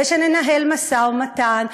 וכשננהל משא-ומתן,